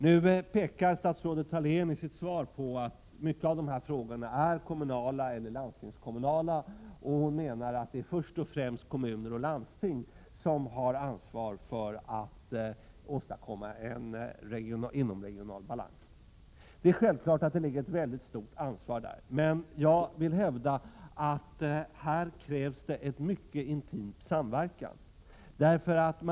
Nu pekar statsrådet Thalén i sitt svar på att många av de här frågorna är kommunala eller landstingskommunala, och hon menar att det först och främst är kommuner och landsting som har ansvar för att åstadkomma en inomregional balans. Det är självklart att det ligger ett väldigt stort ansvar där. Men jag vill hävda att det här krävs en mycket intim samverkan.